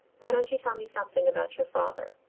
why don't you tell me something about your father?